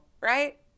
right